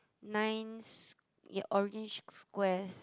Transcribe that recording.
nice ya orange squares